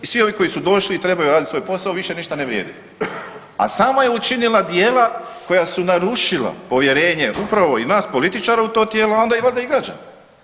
I svi ovi koji su došli i trebaju raditi svoj posao više ništa ne vrijede, a sama je učinila djela koja su narušila povjerenje upravo i nas političara u to tijelo a onda valjda i građana.